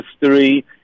history